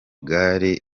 kagari